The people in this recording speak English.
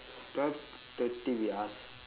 twelve thirty we ask